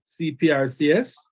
CPRCS